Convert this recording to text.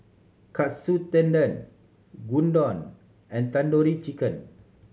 Katsu Tendon Gyudon and Tandoori Chicken